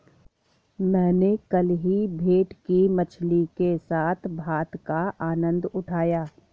मैंने कल ही भेटकी मछली के साथ भात का आनंद उठाया